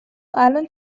الان